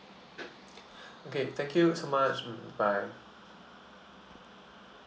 okay thank you so much mm bye bye